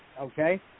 okay